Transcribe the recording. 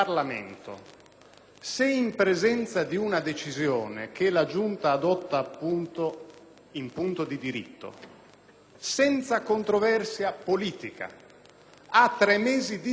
Se in presenza di una decisione della Giunta adottata in punto di diritto e senza controversia politica e se a tre mesi di distanza